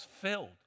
filled